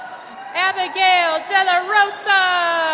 abigail delarosa.